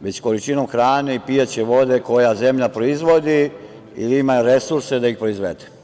već količinom hrane i pijaće vode koju zemlja proizvodi ili ima resurse da ih proizvede.